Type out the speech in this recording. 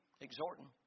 exhorting